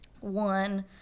one